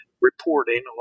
reporting